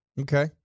okay